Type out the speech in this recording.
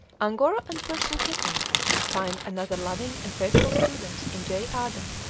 angora and persian kittens find another loving and faithful student in j. adam,